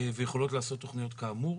ויכולות לעשות תוכניות כאמור.